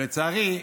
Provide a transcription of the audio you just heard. לצערי,